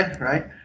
right